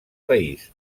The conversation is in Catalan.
país